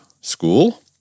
school